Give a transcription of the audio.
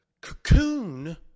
cocoon